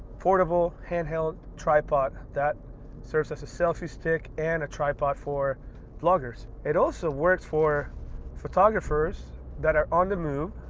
portable handheld tripod that serves as a selfie stick and a tripod for vloggers. it also works for photographers that are on the move,